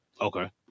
Okay